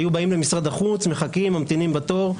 היו באים למשרד החוץ, ממתינים בתור,